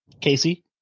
Casey